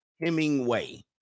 Hemingway